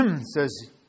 says